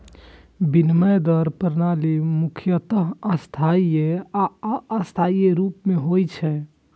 विनिमय दर प्रणाली मुख्यतः स्थायी आ अस्थायी रूप मे होइ छै